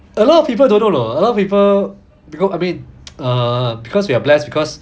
a lot of people don't know you know a lot of people because I mean err because we are blessed because